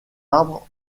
arbres